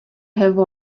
have